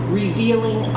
revealing